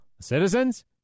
citizens